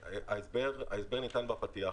ההסבר ניתן בפתיח.